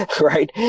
right